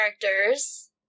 characters